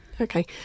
okay